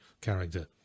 character